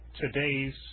today's